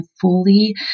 fully